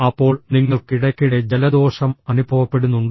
അപ്പോൾ നിങ്ങൾക്ക് ഇടയ്ക്കിടെ ജലദോഷം അനുഭവപ്പെടുന്നുണ്ടോ